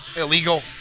illegal